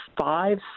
five